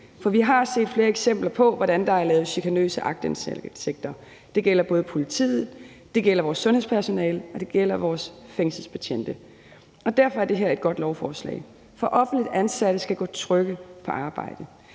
for vi har set flere eksempler på, at der er lavet chikanøse aktindsigter. Det gælder både politiet, vores sundhedspersonale og vores fængselsbetjente, og derfor er det her et godt lovforslag. For offentligt ansatte skal gå trygge på arbejde.